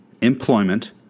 employment